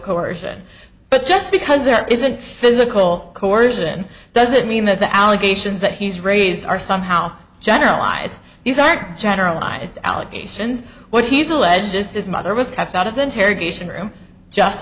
coercion but just because there isn't physical coercion doesn't mean that the allegations that he's raised are somehow generalized these aren't generalized allegations what he's alleges this mother was kept out of the interrogation room just